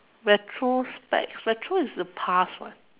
retrospect retro is the past [what]